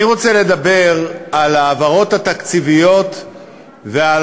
אני רוצה לדבר על ההעברות התקציביות ועל